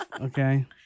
Okay